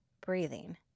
breathing